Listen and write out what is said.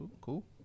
cool